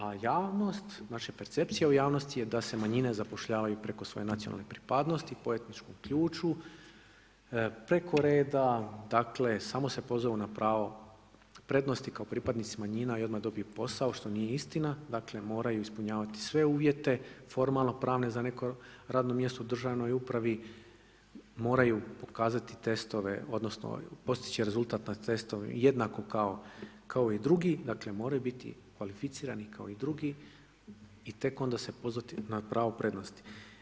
A javnost, znači percepcija u javnosti je da se manjine zapošljavaju preko svoje nacionalne pripadnosti, po etničkom ključu, preko reda dakle samo se pozovu pravo prednosti kao pripadnici manjina i odmah dobiju posao, što nije istina. dakle moraju ispunjavati sve uvjete formalnopravne za neko radno mjesto u državnoj upravi, moraju pokazati testove odnosno postići rezultat na testu jednako kao i drugi, dakle moraju biti kvalificirani kao i drugi i tek onda se pozvati na pravo prednosti.